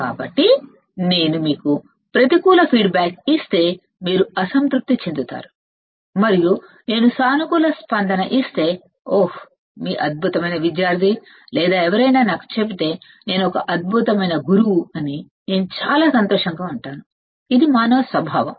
కాబట్టి ఒకవేళ నేను మీకు ప్రతికూల ఫీడ్బ్యాక్ ఇస్తే మీరు ఆనందించరు మరియు నేను సానుకూల స్పందన ఇస్తే ఓహ్మీరు అద్భుతమైన విద్యార్థి అని లేదా ఎవరైనా నాకు నేను ఒక అద్భుతమైన గురువు అని చెబితే నేను చాలా ఆనందంగా ఉంటాను ఇది మానవ స్వభావం